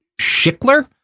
Schickler